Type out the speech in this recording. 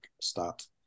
start